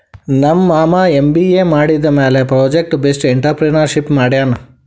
ನಮ್ ಮಾಮಾ ಎಮ್.ಬಿ.ಎ ಮಾಡಿದಮ್ಯಾಲ ಪ್ರೊಜೆಕ್ಟ್ ಬೇಸ್ಡ್ ಎಂಟ್ರರ್ಪ್ರಿನರ್ಶಿಪ್ ಮಾಡ್ಯಾನ್